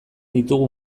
ditugu